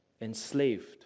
enslaved